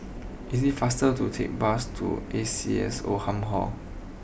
it is faster to take bus to A C S Oldham Hall